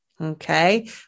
Okay